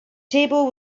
table